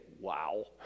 wow